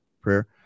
prayer